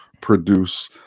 produce